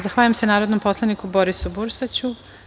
Zahvaljujem se narodnom poslaniku Borisu Bursaću.